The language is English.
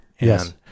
Yes